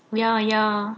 ya ya